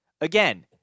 Again